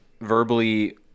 verbally